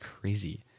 crazy